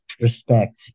respect